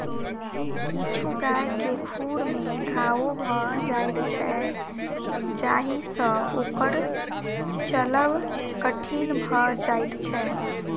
किछु गाय के खुर मे घाओ भ जाइत छै जाहि सँ ओकर चलब कठिन भ जाइत छै